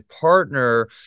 partner